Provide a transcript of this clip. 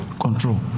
control